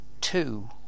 two